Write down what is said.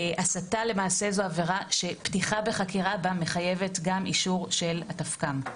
הסתה זו עבירה שפתיחה בחקירה בה מחייבת אישור של התפק"מ,